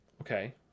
Okay